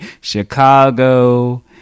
Chicago